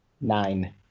Nine